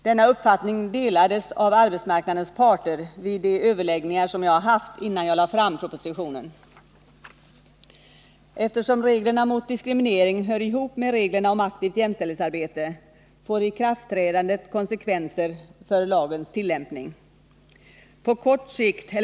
Denna uppfattning delades av arbetsmarknadens parter vid de överläggningar som jag haft med dem innan jag lade fram propositionen. Eftersom reglerna mot diskriminering hör ihop med reglerna om aktivt jämställdhetsarbete får ikraftträdandet konsekvenser för lagens tillämpning.